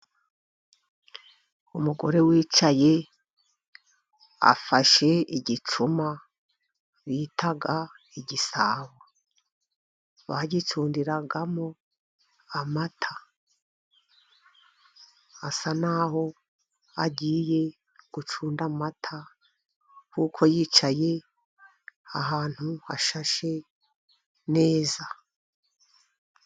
Umugore wicaye afashe igicuma bita igisabo. Bagicundiragamo amata. Asa naho agiye gucunda amata, kuko yicaye ahantu hashashe neza.